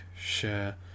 share